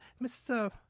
Mr